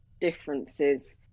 differences